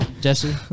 Jesse